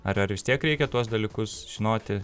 ar ar vis tiek reikia tuos dalykus žinoti